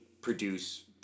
produce